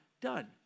done